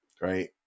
right